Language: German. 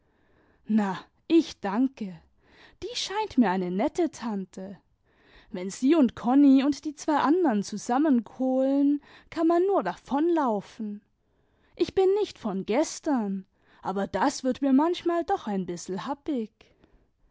na ich danke die scheint mir eine nette tante wenn sie und konni und die zwei andern zusammen kohlen kann man nur davon laufen ich bin nicht von gestern aber das wird mir manchmal doch ein bissei happig